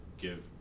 give